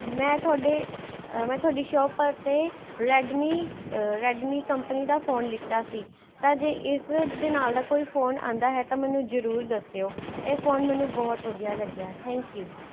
ਮੈਂ ਤੁਹਾਡੇ ਮੈਂ ਤੁਹਾਡੀ ਸ਼ੋਪ ਪਰ ਤੋਂ ਰੈਡਮੀਂ ਰੈਡਮੀਂ ਕੰਪਨੀ ਦਾ ਫ਼ੋਨ ਲਿੱਤਾ ਸੀ ਤਾਂ ਜੇ ਇਸ ਦੇ ਨਾਲ਼ ਦਾ ਕੋਈ ਫ਼ੋਨ ਆਉਂਦਾ ਹੈ ਤਾਂ ਮੈਨੂੰ ਜ਼ਰੂਰ ਦੱਸਿਓ ਇਹ ਫ਼ੋਨ ਮੈਨੂੰ ਬਹੁਤ ਵਧੀਆ ਲੱਗਿਆ ਥੈਂਕ ਯੂ